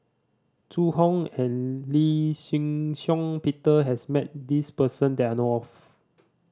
Zhu Hong and Lee Shih Shiong Peter has met this person that I know of